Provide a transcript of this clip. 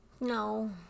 no